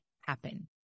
happen